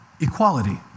Equality